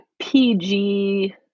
PG